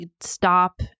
stop